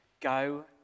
go